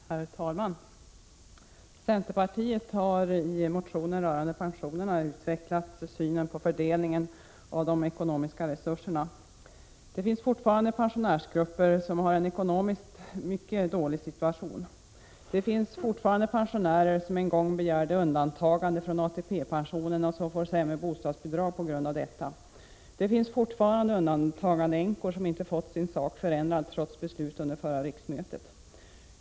Herr talman! Centerpartiet har i motionen rörande pensionerna utvecklat sin syn på fördelningen av de ekonomiska resurserna. Det finns fortfarande pensionärsgrupper som har en ekonomiskt mycket dålig situation. Det finns fortfarande pensionärer som en gång begärt undantagande från ATP-pensionen och som får sämre bostadsbidrag på grund av detta. Det finns fortfarande undantagandeänkor som inte fått sin sak förändrad, trots beslut under förra riksmötet.